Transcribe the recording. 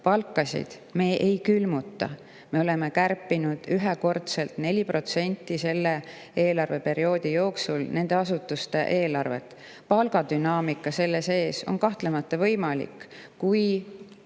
Palkasid me ei külmuta. Me oleme kärpinud ühekordselt selle eelarveperioodi jooksul nende asutuste eelarvet 4%. Palgadünaamika selle sees on kahtlemata võimalik, kui